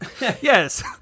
Yes